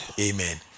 Amen